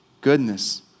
goodness